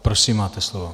Prosím, máte slovo.